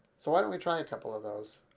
so why don't we try a couple of those.